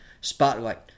spotlight